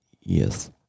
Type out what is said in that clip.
Yes